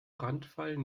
brandfall